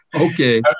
Okay